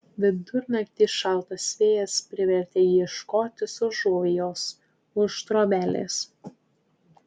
vidurnaktį šaltas vėjas privertė jį ieškotis užuovėjos už trobelės